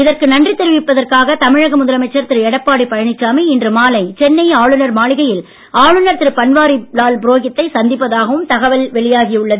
இதற்கு நன்றி தெரிவிப்பதற்காக தமிழக முதலமைச்சர் திரு எடப்பாடி பழனிசாமி இன்று மாலை சென்னை ஆளுநர் மாளிகையில் ஆளுநர் திரு பன்வாரி லால் புரோகித்தை சந்திப்பதாகவும் தகவல் வெளியாகி உள்ளது